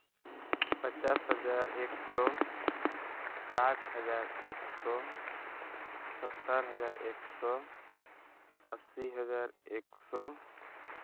ᱯᱚᱪᱟᱥ ᱦᱟᱡᱟᱨ ᱮᱹᱠᱥᱳ ᱥᱟᱴ ᱦᱟᱡᱟᱨ ᱮᱹᱠᱥᱳ ᱥᱟᱛᱛᱳᱨ ᱦᱟᱡᱟᱨ ᱮᱹᱠᱥᱳ ᱟᱹᱥᱤ ᱦᱟᱡᱟᱨ ᱮᱹᱠᱥᱳ